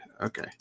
okay